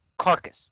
carcass